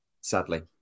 sadly